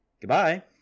Goodbye